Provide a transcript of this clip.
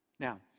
Now